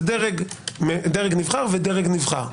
זה דרג נבחר ודרג נבחר.